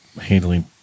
handling